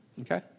Okay